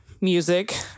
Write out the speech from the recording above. music